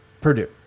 Purdue